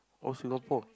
old Singapore